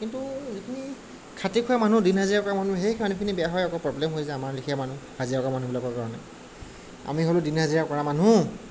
কিন্তু যিখিনি খাটি খোৱা মানুহ দিন হাজিৰা কৰা মানুহ সেই মানুহখিনিৰ বেয়া হয় আকৌ প্ৰব্লেম হৈ যায় আমাৰ লেখিয়া মানুহ হাজিৰা কৰা মানুহবিলাকৰ কাৰণে আমি হ'লো দিন হাজিৰা কৰা মানুহ